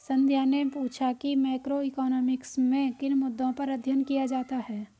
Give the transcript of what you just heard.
संध्या ने पूछा कि मैक्रोइकॉनॉमिक्स में किन मुद्दों पर अध्ययन किया जाता है